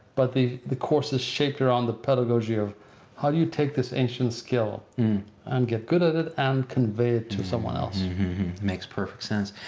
but the the course is shaped her on the pedagogy of how do you take this ancient skill and get good at it and convey it to someone makes perfect sense.